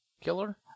Killer